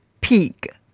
pig